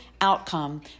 outcome